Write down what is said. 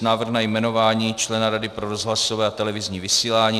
Návrh na jmenování člena Rady pro rozhlasové a televizní vysílání